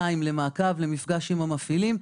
למעקב ולמפגש עם המפעילים.